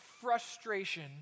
frustration